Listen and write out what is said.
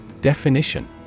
Definition